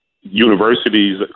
Universities